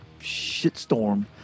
shitstorm